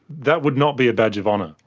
that would not be a badge of honour,